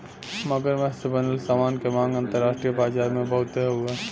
मगरमच्छ से बनल सामान के मांग अंतरराष्ट्रीय बाजार में बहुते हउवे